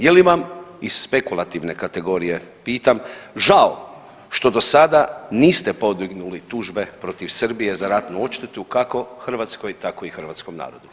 Je li vam iz spekulativne kategorije pitam žao što do sada niste podignuli tužbe protiv Srbije za ratnu odštetu kako Hrvatskoj tako i hrvatskom narodu?